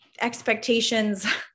expectations